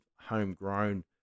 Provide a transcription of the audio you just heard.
homegrown